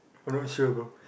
I'm not sure bro